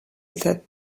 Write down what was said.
that